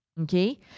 okay